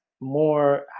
more